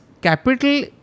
capital